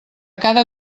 cada